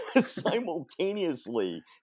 simultaneously